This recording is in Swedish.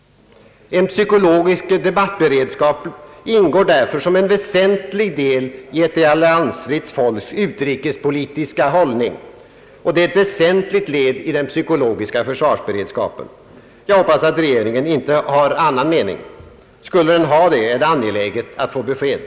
En psykologisk debattberedskap ingår därför som en väsentlig del i ett alliansfritt folks utrikespolitiska hållning och som ett väsentligt led i den psykologiska försvarsberedskapen. Jag hoppas att regeringen inte har annan mening. Skulle den ha det, är det angeläget att få besked.